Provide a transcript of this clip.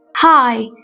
Hi